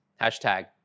hashtag